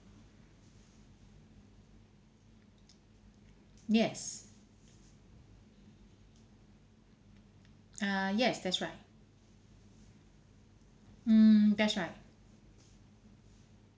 yes err yes that's right mm that's right